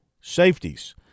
safeties